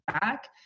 back